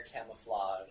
camouflage